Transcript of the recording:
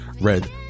Red